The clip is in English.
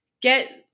Get